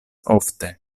ofte